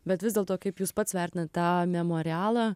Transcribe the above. bet vis dėlto kaip jūs pats vertinat tą memorialą